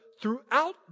throughout